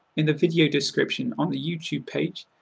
in the video description on the youtube page,